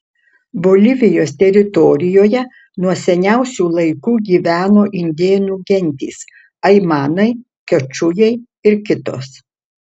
bolivijos teritorijoje nuo seniausių laikų gyveno indėnų gentys aimanai kečujai ir kitos